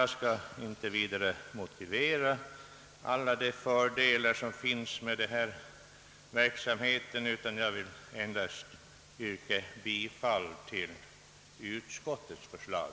Jag skall inte vidare redogöra för alla de fördelar som är förenade med den aktuella verksamheten utan yrkar nu endast bifall till utskottets förslag.